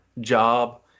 job